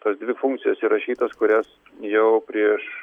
tos dvi funkcijos įrašytos kurias jau prieš